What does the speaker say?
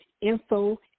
info